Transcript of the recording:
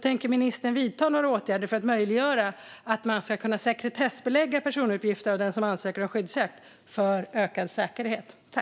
Tänker hon vidta några åtgärder för att möjliggöra sekretessbeläggning av personuppgifter om den som ansöker om skyddsjakt för att få ökad säkerhet?